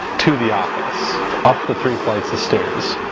to the office up the three flights of stairs